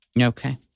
Okay